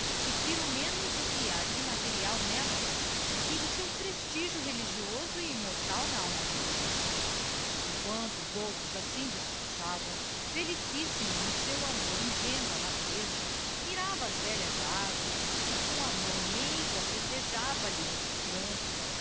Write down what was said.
e firo menos o que ha de material n'ella do que o seu prestigio religioso e immortal na alma humana emquanto os outros assim discursavam felicissimo no seu amor ingénuo á natureza mirava as velhas arvores e com a mão meiga festejava lhes os troncos